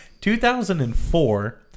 2004